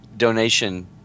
donation